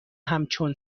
همچون